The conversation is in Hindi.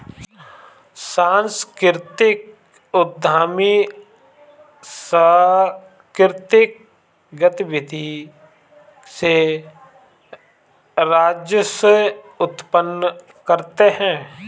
सांस्कृतिक उद्यमी सांकृतिक गतिविधि से राजस्व उत्पन्न करते हैं